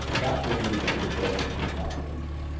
that's what leads to the growth of per capita income.